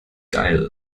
geil